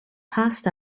passed